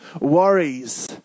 worries